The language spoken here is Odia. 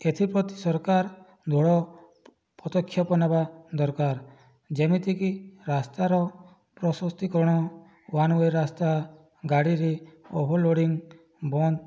ଏଥିପ୍ରତି ସରକାର ପଦକ୍ଷେପ ନେବା ଦରକାର ଯେମିତିକି ରାସ୍ତାର ପ୍ରଶସ୍ତିକରଣ ୱାନ୍ ୱେ ରାସ୍ତା ଗାଡ଼ିରେ ଓଭର୍ଲୋଡିଂ ବନ୍ଦ